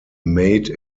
made